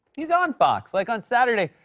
he's on fox, like on saturday,